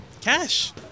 Cash